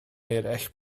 eraill